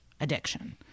addiction